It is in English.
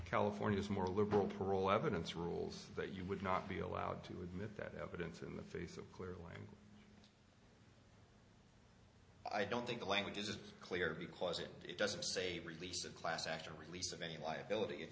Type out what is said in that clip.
california is more liberal parole evidence rules that you would not be allowed to admit that evidence in the face of clearly i don't think the language is clear because it doesn't say release of class act or release of any liability it